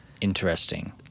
interesting